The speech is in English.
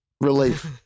Relief